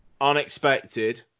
unexpected